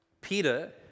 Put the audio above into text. Peter